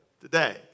today